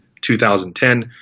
2010